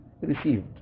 received